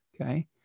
Okay